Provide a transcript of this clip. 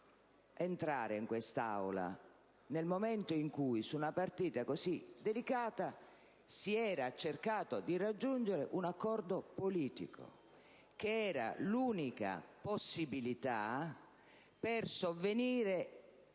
entrare in quest'Aula nel momento in cui su una partita così delicata si era cercato di raggiungere un accordo politico, che era l'unica possibilità per sovvenire